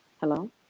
hello